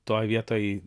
toj vietoj